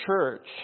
church